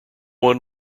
one